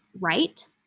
right